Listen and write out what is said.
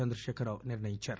చంద్రశేఖర్ రావు నిర్ణయించారు